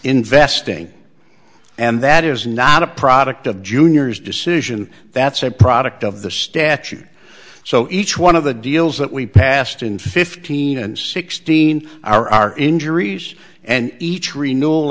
investing and that is not a product of junior's decision that's a product of the statute so each one of the deals that we passed in fifteen and sixteen are our injuries and each renewable